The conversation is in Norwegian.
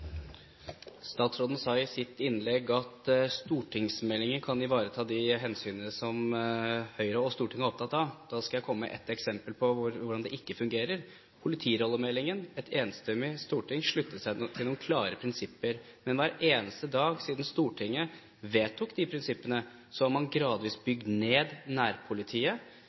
Statsråden sa i sitt innlegg at stortingsmeldinger kan ivareta de hensynene som Høyre og Stortinget er opptatt av. Da skal jeg komme med et eksempel på hvor det ikke fungerer. I forbindelse med politirollemeldingen sluttet et enstemmig storting seg til noen klare prinsipper. Hver eneste dag siden Stortinget vedtok de prinsippene, har man gradvis bygd ned nærpolitiet,